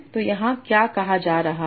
तो यहाँ क्या कहा जा रहा है